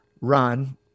run